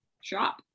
shop